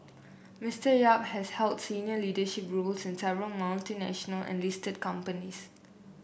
Mister Yap has held senior leadership roles in several multinational and listed companies